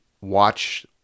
watch